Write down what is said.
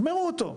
גמרו אותו.